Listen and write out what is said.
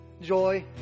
Joy